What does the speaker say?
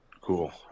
cool